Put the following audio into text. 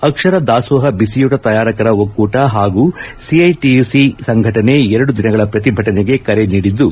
ಅಕ್ಷರ ದಾಸೋಹ ಬಿಸಿಯೂಟ ತಯಾರಕರ ಒಕ್ಕೂಟ ಹಾಗೂ ಸಿಐಟಿಯುಸಿ ಸಂಘಟನೆ ಎರಡು ದಿನಗಳ ಪ್ರತಿಭಟನೆಗೆ ಕರೆ ನೀಡಿದ್ದು